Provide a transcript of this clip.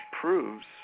proves